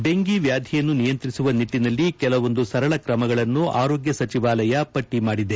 dengue ವ್ಯಾದಿಯನ್ನು ನಿಯಂತ್ರಿಸುವ ನಿಟ್ಟಿನಲ್ಲಿ ಕೆಲವೊಂದು ಸರಳ ಕ್ರಮಗಳನ್ನು ಆರೋಗ್ಯ ಸಚಿವಾಲಯ ಪಟ್ಟ ಮಾಡಿದೆ